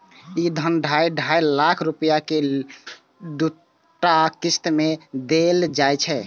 ई धन ढाइ ढाइ लाख रुपैया के दूटा किस्त मे देल जाइ छै